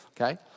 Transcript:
okay